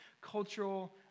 cultural